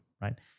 right